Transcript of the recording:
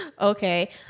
Okay